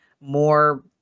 more